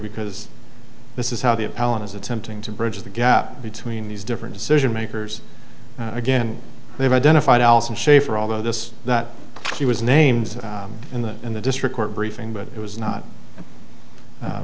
because this is how the a palin is attempting to bridge the gap between these different decision makers again they've identified allison shaffer although this that she was named in the in the district court briefing but it was not